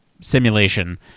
simulation